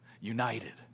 united